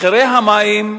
מחירי המים,